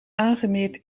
aangemeerd